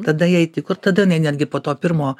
tada jai tiko tada jinai netgi po to pirmo